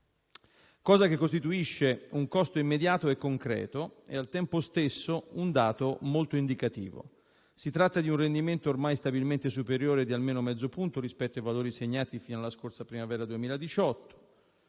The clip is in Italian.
cosa che costituisce un costo immediato e concreto, e al tempo stesso un dato molto indicativo; si tratta di un rendimento ormai stabilmente superiore di almeno mezzo punto rispetto ai valori segnati fino alla primavera 2018;